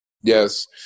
Yes